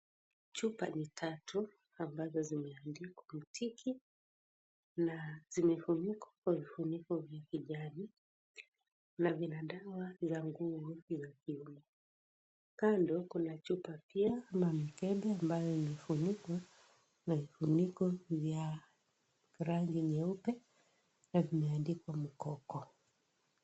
Chupa ni tatu ambazo zimeandikwa Rotiki na zimefunikwa kwa vifuniko na vina dawa vya nguvu ya kiume. Kando kuna chupa pia ya mkebe ambayo imefunikwa na vifuniko vya rangi nyeupe na vimeandikwa Mkoko.